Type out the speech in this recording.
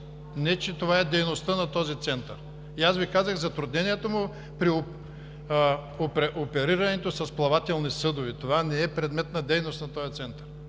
не че това е дейността на този център. И аз Ви казах за затруднението му при оперирането с плавателни съдове. Това не е предмет на дейност на този център